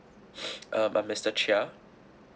um I'm mister chia